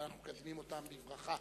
ואנחנו מקדמים אותם בברכה.